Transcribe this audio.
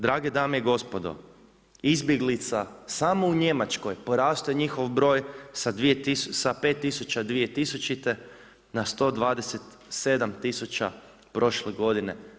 Draga dame i gospodo, izbjeglica samo u Njemačkoj, porastao je njihov broj sa 5000, 2000. na 127000 prošle godine.